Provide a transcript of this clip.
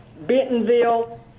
Bentonville